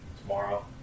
tomorrow